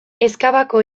ezkabako